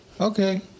okay